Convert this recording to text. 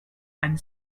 and